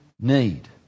need